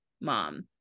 mom